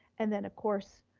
and then of course,